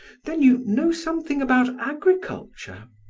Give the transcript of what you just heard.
then you know something about agriculture?